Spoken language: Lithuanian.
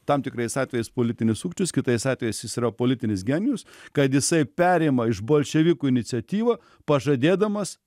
tam tikrais atvejais politinis sukčius kitais atvejais jis yra politinis genijus kad jisai perima iš bolševikų iniciatyvą pažadėdamas